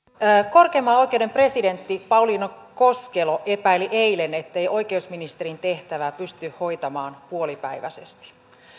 korkeimman oikeuden presidentti pauliine koskelo epäili eilen ettei oikeusministerin tehtävää pysty hoitamaan puolipäiväisesti